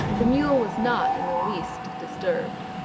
the mule was not in the least disturbed.